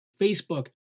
Facebook